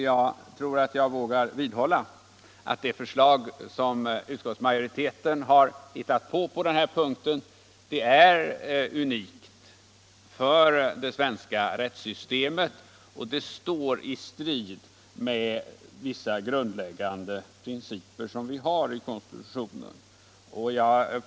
Jag tror att jag vågar vidhålla aut det förslag som utskottsmajoriteten har hittat på i detta avseende är unikt för det svenska rättssystemet, och det står i strid med vissa grundläggande principer som vi har i konstitutionen.